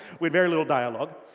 with very little dialogue.